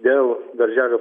dėl darželio